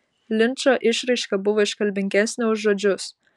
linčo išraiška buvo iškalbingesnė už žodžius